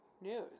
News